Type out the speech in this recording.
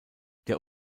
der